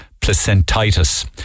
placentitis